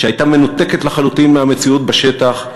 שהייתה מנותקת לחלוטין מהמציאות בשטח,